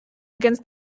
against